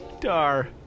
Dar